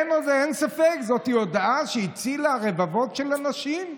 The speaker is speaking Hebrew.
אין ספק, זאת הודעה שהצילה רבבות של אנשים.